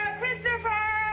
Christopher